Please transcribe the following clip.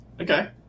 Okay